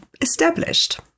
established